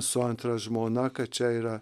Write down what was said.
su antra žmona kad čia yra